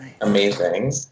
Amazing